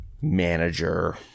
manager